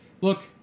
look